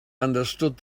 understood